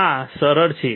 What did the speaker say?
આ સરળ છે